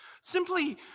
Simply